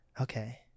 Okay